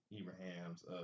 Ibrahim's